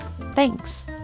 thanks